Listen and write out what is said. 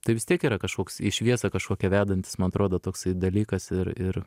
tai vis tiek yra kažkoks į šviesą kažkokią vedantis man atrodo toksai dalykas ir ir